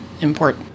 import